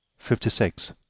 fifty six.